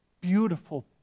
beautiful